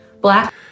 Black